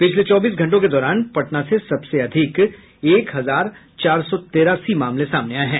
पिछले चौबीस घंटों के दौरान पटना से सबसे अधिक एक हजार चार सौ तेरासी मामले सामने आये हैं